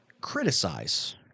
criticize